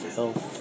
health